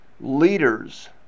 leaders